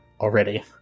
already